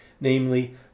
namely